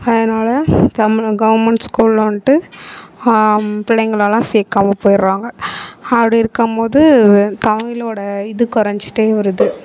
அதனால தமிழ் கவர்மெண்ட் ஸ்கூலில் வந்துட்டு பிள்ளைங்களலாம் சேர்க்காம போய்ட்றாங்க அப்படி இருக்கும்போது தமிழோட இது கொறைஞ்சுட்டே வருது